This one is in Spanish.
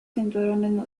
cinturones